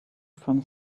from